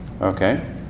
Okay